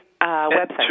website